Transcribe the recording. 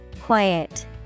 Quiet